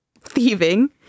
thieving